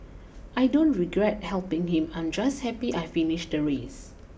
I don't regret helping him I'm just happy I finished the race